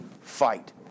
fight